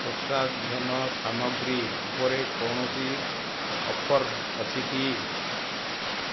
ପ୍ରସାଧନ ସାମଗ୍ରୀ ଉପରେ କୌଣସି ଅଫର୍ ଅଛି କି